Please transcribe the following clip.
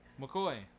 McCoy